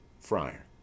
Friar